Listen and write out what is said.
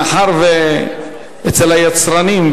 מאחר שאצל היצרנים,